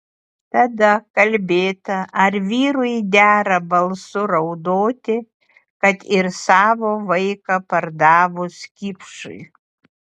tada kalbėta ar vyrui dera balsu raudoti kad ir savo vaiką pardavus kipšui